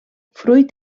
fruit